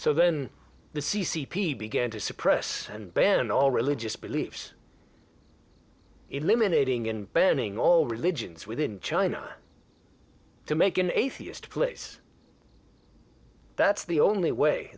so then the c c p began to suppress and ban all religious beliefs eliminating and burning all religions within china to make an atheist place that's the only way